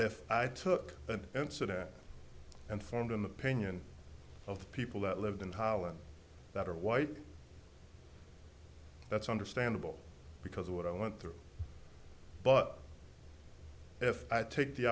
if i took an incident and formed an opinion of the people that lived in holland that are white that's understandable because of what i went through but if i take the